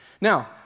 Now